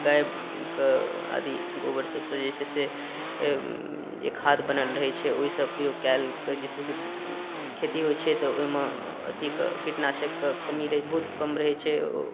गाइके आदि गोबर सबसँ जे छै से जे खाद बनल रहै छै ओसब प्रयोग कएल जाहिसँ खेती होइ छै तऽ ओहिमे अथी कीटनाशकके कमी बहुत कम रहै छै